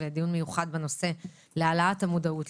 דיון מיוחד בנושא להעלאת המודעות,